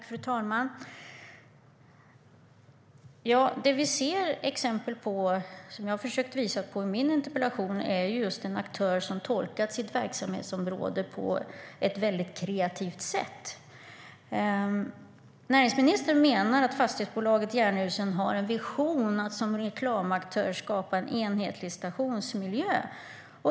Fru talman! Det vi ser exempel på, vilket jag har försökt visa på i min interpellation, är just en aktör som tolkat sitt verksamhetsområde på ett väldigt kreativt sätt. Näringsministern menar att fastighetsbolaget Jernhusen har en vision om att som reklamaktör skapa en enhetlig stationsmiljö.